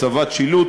הצבת שילוט,